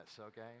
okay